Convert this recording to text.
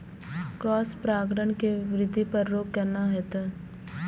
Cross परागण के वृद्धि पर रोक केना होयत?